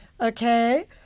Okay